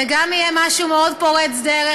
זה גם יהיה משהו מאוד פורץ דרך.